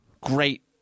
great